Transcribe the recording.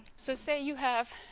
so say you have